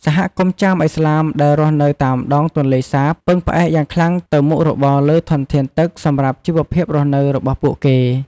សហគមន៍ចាមឥស្លាមដែលរស់នៅតាមដង ទន្លេសាប ពឹងផ្អែកយ៉ាងខ្លាំងទៅមុខរបរលើធនធានទឹកសម្រាប់ជីវភាពរស់នៅរបស់ពួកគេ។